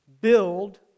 build